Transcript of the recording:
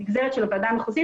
נגזרת של הוועדה המחוזית,